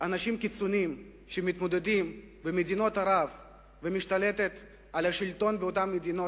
אנשים קיצוניים שמתמודדים במדינות ערב ומשתלטת על השלטון באותן מדינות.